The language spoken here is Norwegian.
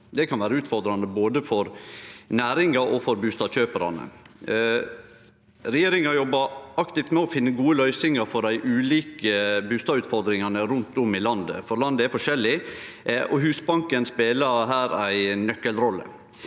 Det kan vere utfordrande både for næringa og for bustadkjøparane. Regjeringa jobbar aktivt med å finne gode løysingar på dei ulike bustadutfordringane rundt om i landet, for landet er forskjellig. Husbanken spelar her ei nøkkelrolle.